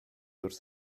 wrth